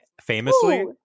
famously